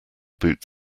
boot